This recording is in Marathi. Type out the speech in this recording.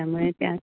त्यामुळे त्या